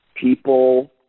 people